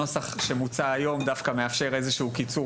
הנוסח שמוצע היום דווקא מאפשר איזשהו קיצור